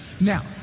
Now